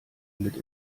mit